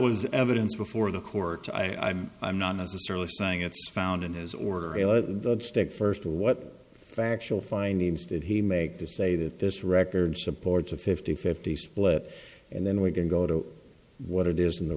was evidence before the court i'm i'm not necessarily saying it's found in his order in the state first what factual findings did he make to say that this record supports a fifty fifty split and then we can go to what it is in the